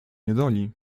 niedoli